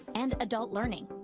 and adult learning.